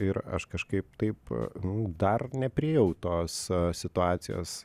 ir aš kažkaip taip nu dar nepriėjau tos situacijos